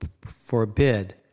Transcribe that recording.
forbid